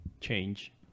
change